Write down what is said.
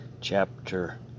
chapter